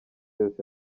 yose